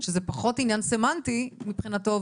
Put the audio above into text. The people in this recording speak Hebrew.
שזה פחות עניין סמנטי מבחינתו.